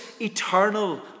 eternal